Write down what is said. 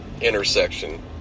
intersection